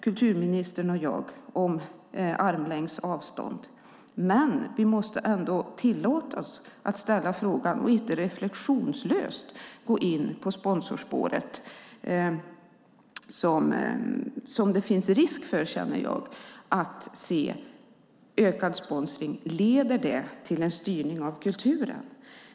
Kulturministern och jag är överens om armlängds avstånd, men vi måste ändå tillåtas att ställa frågan och inte reflexionslöst gå in på sponsorspåret som jag känner att det finns en risk för. Leder ökad sponsring till en styrning av kulturen?